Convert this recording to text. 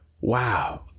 wow